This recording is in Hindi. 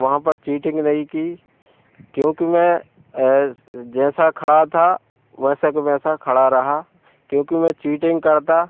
वहाँ पर चीटिंग नहीं की क्योंकि मैं ऐज़ जैसा खड़ा था वैसा का वैसा खड़ा रहा क्योंकि मैं चीटिंग करता